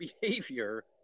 behavior